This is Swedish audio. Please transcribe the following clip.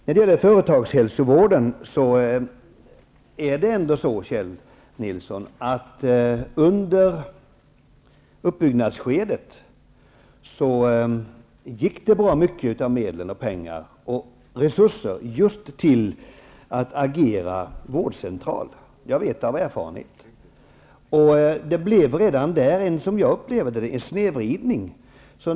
När det gäller företagshälsovården är det ändå så, Kjell Nilsson, att under uppbyggnadsskedet gick bra mycket av resurserna just till att agera vårdcentral. Jag vet det av erfarenhet. Det blev redan där, som jag upplever det, en snedvridning.